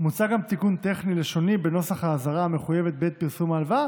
מוצע גם תיקון טכני לשוני בנוסח האזהרה המחויבת בעת פרסום ההלוואה,